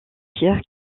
pierre